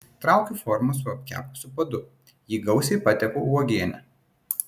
traukiu formą su apkepusiu padu jį gausiai patepu uogiene